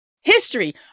history